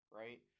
right